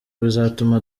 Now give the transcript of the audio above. bizatuma